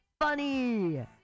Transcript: funny